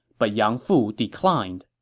but yang fu declined.